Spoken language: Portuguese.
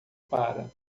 para